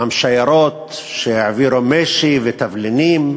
גם שיירות שהעבירו משי ותבלינים,